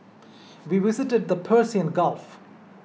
we visited the Persian and Gulf